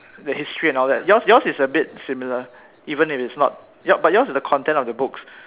the history and all that your your yours is is a bit similar even if it's not but yours is the content of the book